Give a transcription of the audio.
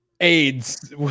AIDS